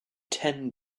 ten